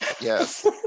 Yes